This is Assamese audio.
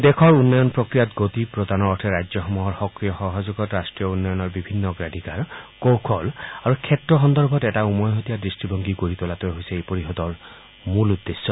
দেশৰ উন্নয়ন প্ৰক্ৰিয়াত গতি প্ৰদানৰ অৰ্থে ৰাজ্যসমূহৰ সক্ৰিয় সহযোগত ৰাষ্ট্ৰীয় উন্নয়নৰ বিভিন্ন অগ্ৰাধিকাৰ কৌশল আৰু ক্ষেত্ৰ সন্দৰ্ভত এটা উমৈহতীয়া দৃষ্টিভংগী গঢ়ি তোলাটোৱে হৈছে এই পৰিষদৰ মূল উদ্দেশ্য